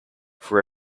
for